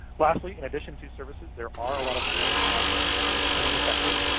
lastly, in addition to services, there are a lot of tangible objects that make training effective,